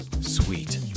Sweet